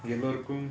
எதற்கும்:etharkum